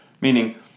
Meaning